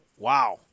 Wow